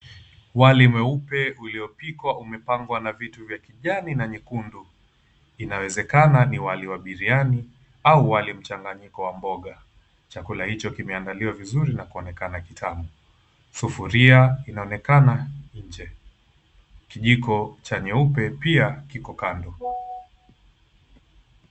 Wali mweupe uliopikwa, umepambwa na vitu vya kijani na nyekundu, inawezekana ni wali wa biriani au wali mchanganyiko wa mboga. Chakula hicho kimeandaliwa vizuri na kuonekana kitamu; sufuria inaonekana nje, kijiko cha nyeupe pia kiko kando